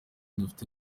dufite